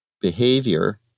behavior